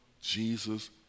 Jesus